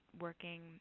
working